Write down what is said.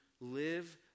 live